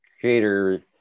creator